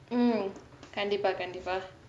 mm கன்டிப்பா கன்டிப்பா:kandippa kandippa